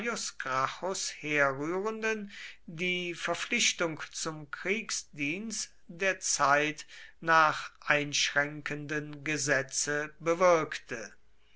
gracchus herrührenden die verpflichtung zum kriegsdienst der zeit nach einschränkenden gesetze bewirkte